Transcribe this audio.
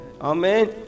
Amen